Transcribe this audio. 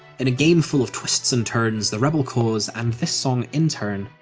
in a game full of twists and turns, the rebel cause, and this song in turn,